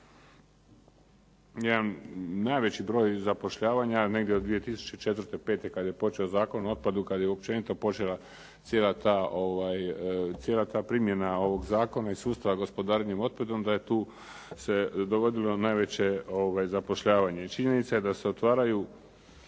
najveći broj zapošljavanja negdje od 2004., '05. kada je počeo Zakon o otpadu kada je općenito počela cijela ta primjena ovog zakona i sustava gospodarenja otpadom da je tu dovodilo se najveće zapošljavanje. I činjenica je da se otvaraju